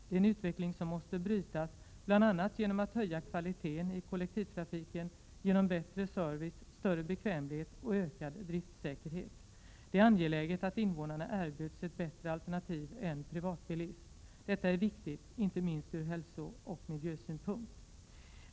Det är en utveckling som måste brytas bl.a. genom att höja kvaliteten i kollektivtrafiken genom bättre service, större bekvämlighet och ökad driftsäkerhet. Det är angeläget att invånarna erbjuds ett bättre alternativ än privatbilism. Detta är viktigt inte minst ur hälsooch miljösynpunkt.